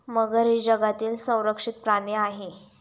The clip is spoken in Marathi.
मगर ही जगातील संरक्षित प्राणी आहे